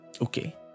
okay